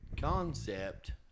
concept